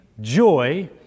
joy